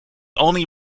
only